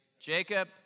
Jacob